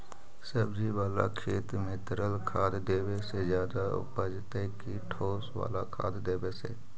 सब्जी बाला खेत में तरल खाद देवे से ज्यादा उपजतै कि ठोस वाला खाद देवे से?